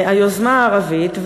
היוזמה הערבית,